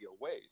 ways